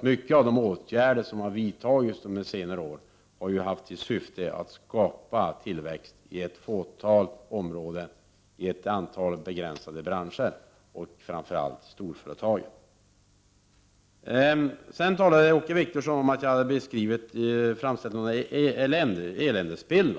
Mycket av de åtgärder som vidtagits under senare år har ju haft till syfte att skapa tillväxt i ett fåtal områden, i ett begränsat antal branscher och framför allt för storföretagen. Sedan talade Åke Wictorsson om att jag hade beskrivit en eländesbild.